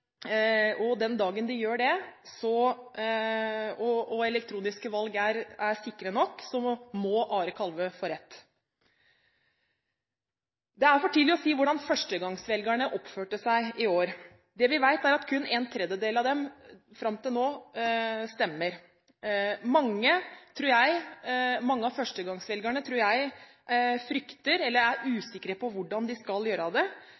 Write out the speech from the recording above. elektroniske valg er sikre nok, må Are Kalvø få rett. Det er for tidlig å si hvordan førstegangsvelgerne oppførte seg i år. Det vi vet, er at kun en tredjedel av dem – fram til nå – stemmer. Mange av førstegangsvelgerne, tror jeg, er usikre på hvordan de skal gjøre det.